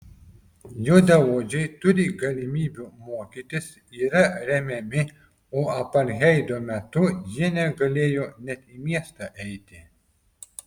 juodaodžiai turi galimybių mokytis yra remiami o apartheido metu jie negalėjo net į miestą eiti